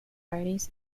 fridays